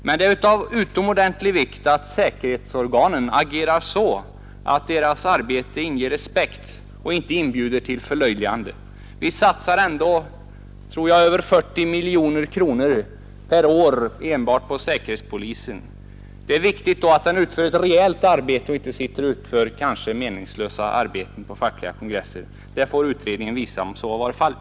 Men det är av utomordentlig vikt att säkerhetsorganen agerar så att deras arbete inger respekt och inte inbjuder till förlöjligande. Vi satsar ändå över 40 miljoner kronor per år enbart på säkerhetspolisen. Då är det viktigt att den får utföra ett reellt arbete och inte syssla med meningslösa uppgifter på fackliga kongresser. Utredningen får visa om så har varit fallet.